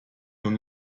nun